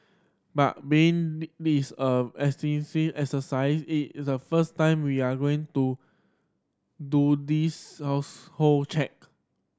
but being this a extensive exercise it's the first time we are going do do this household check